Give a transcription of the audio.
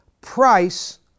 Price